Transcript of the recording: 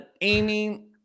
Amy